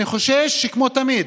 אני חושש שכמו תמיד,